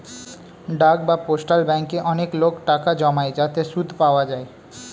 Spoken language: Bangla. ডাক বা পোস্টাল ব্যাঙ্কে অনেক লোক টাকা জমায় যাতে সুদ পাওয়া যায়